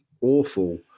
awful